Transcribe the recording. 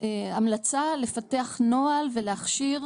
על המלצה לפתח נוהל ולהכשיר,